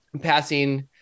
passing